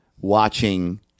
watching